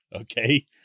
okay